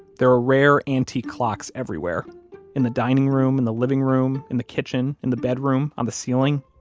there are rare antique clocks everywhere in the dining room, in the living room, in the kitchen, in the bedroom, on the ceiling.